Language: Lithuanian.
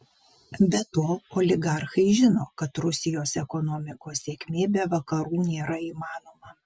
be to oligarchai žino kad rusijos ekonomikos sėkmė be vakarų nėra įmanoma